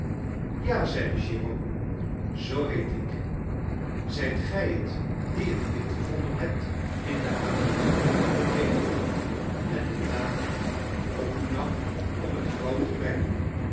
ja zeide jérôme zoo heet ik zijt gij het die een kind gevonden hebt in de avenue de breteuil en de taak op u nam om het groot te brengen